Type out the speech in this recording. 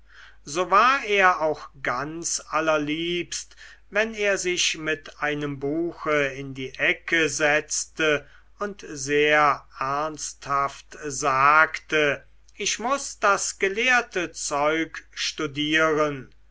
so war er auch ganz allerliebst wenn er sich mit einem buche in die ecke setzte und sehr ernsthaft sagte ich muß das gelehrte zeug studieren